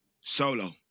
solo